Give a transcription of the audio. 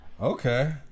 Okay